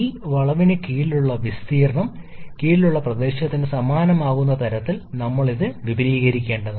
അതിനാൽ ഈ വളവിന് കീഴിലുള്ള വിസ്തീർണ്ണം ഈ 2 3 വളവിന് കീഴിലുള്ള പ്രദേശത്തിന് സമാനമാകുന്ന തരത്തിൽ ഞങ്ങൾ ഇത് വിപുലീകരിക്കേണ്ടതുണ്ട്